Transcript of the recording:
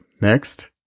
Next